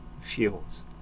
fields